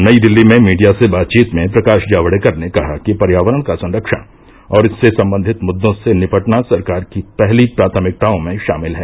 नई दिल्ली में मीडिया से बातचीत में प्रकाश जावड़ेकर ने कहा कि पर्यावरण का संरक्षण और इससे संबंधित मुद्दों से निपटना सरकार की पहली प्राथमिकताओं में शामिल है